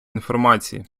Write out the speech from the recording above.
інформації